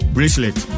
Bracelet